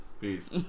peace